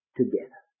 together